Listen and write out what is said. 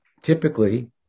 typically